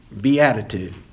Beatitude